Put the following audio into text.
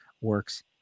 works